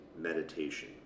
meditation